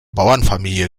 bauernfamilie